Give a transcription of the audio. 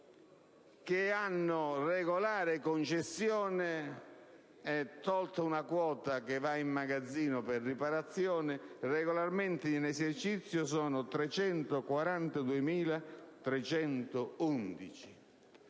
con regolare concessione; tolta una quota che va in magazzino per riparazione, le macchine in esercizio sono 342.311.